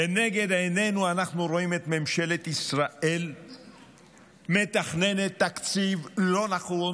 לנגד עינינו אנחנו רואים את ממשלת ישראל מתכננת תקציב לא נכון,